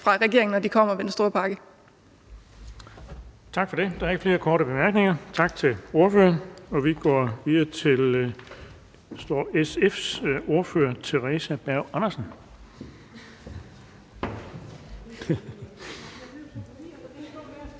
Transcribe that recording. fg. formand (Erling Bonnesen): Tak for det. Der er ikke flere korte bemærkninger. Tak til ordføreren. Vi går videre til SF's ordfører, Theresa Berg Andersen.